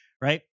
right